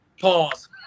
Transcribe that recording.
Pause